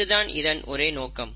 இதுதான் இதன் ஒரே நோக்கம்